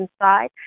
inside